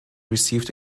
received